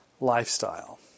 lifestyle